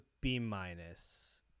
B-minus